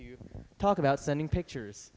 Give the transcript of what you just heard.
you talk about sending pictures